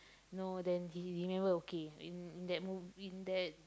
you know then he he never okay in in that move in that